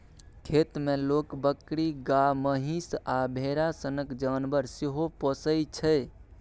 खेत मे लोक बकरी, गाए, महीष आ भेरा सनक जानबर सेहो पोसय छै